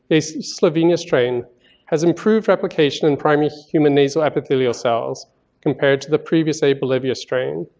a slovenia strain has improved replication in primary human nasal epithelial cells compared to the previous a bolivia strain.